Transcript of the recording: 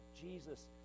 Jesus